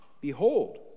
Behold